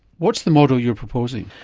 what is the model you're proposing?